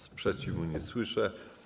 Sprzeciwu nie słyszę.